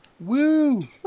Woo